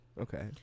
okay